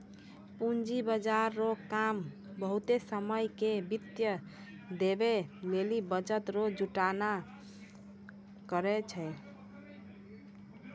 पूंजी बाजार रो काम बहुते समय के वित्त देवै लेली बचत रो जुटान करै छै